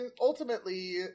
ultimately